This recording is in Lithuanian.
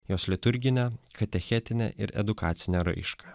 jos liturginę katechetinę ir edukacinę raišką